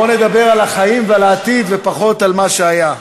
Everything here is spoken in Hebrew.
בוא נדבר על החיים ועל העתיד ופחות על מה שהיה.